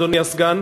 אדוני הסגן,